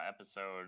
episode